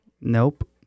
Nope